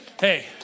Hey